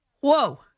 Whoa